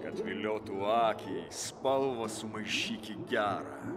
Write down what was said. kad viliotų akį spalvą sumaišyki gerą